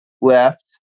left